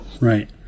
Right